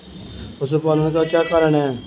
पशुपालन का क्या कारण है?